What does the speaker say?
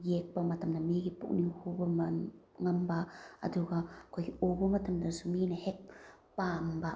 ꯌꯦꯛꯄ ꯃꯇꯝꯗ ꯃꯤꯒꯤ ꯄꯨꯛꯅꯤꯡ ꯍꯨꯕ ꯉꯝꯕ ꯑꯗꯨꯒ ꯑꯩꯈꯣꯏꯒꯤ ꯎꯕ ꯃꯇꯝꯗꯁꯨ ꯃꯤꯅ ꯍꯦꯛ ꯄꯥꯝꯕ